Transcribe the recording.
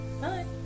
bye